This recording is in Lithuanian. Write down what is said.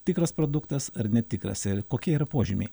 tikras produktas ar netikras ir kokie yra požymiai